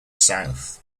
south